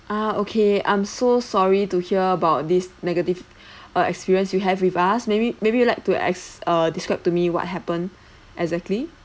ah okay I'm so sorry to hear about this negative uh experience you have with us maybe maybe you'd like to ex~ uh describe to me what happen exactly